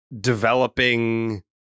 developing